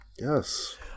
Yes